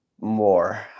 more